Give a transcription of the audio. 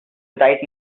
right